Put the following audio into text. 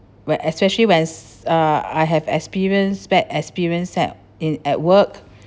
where especially where's uh I have experience bad experience se~ in at work